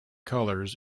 colors